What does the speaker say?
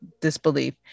disbelief